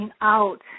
out